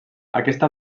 aquesta